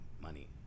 money